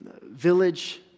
village